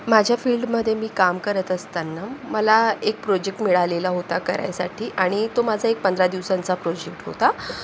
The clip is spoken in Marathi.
माझ्या फील्डमध्ये मी काम करत असताना मला एक प्रोजेक्ट मिळालेला होता करायसाठी आणि तो माझा एक पंधरा दिवसांचा प्रोजेक्ट होता